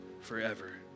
forever